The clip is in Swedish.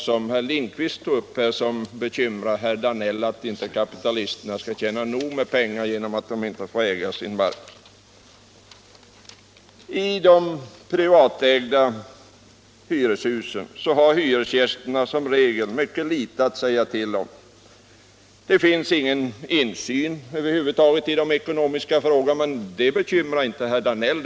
Som herr Lindkvist sade är herr Danell bekymrad över att kapitalisterna inte kan tjäna nog med pengar genom att de inte får äga sin mark. I de privatägda hyreshusen har hyresgästerna som regel ytterst litet att säga till om. Det förekommer ingen insyn över huvud taget i de ekonomiska frågorna. Men det bekymrar inte herr Danell.